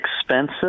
expensive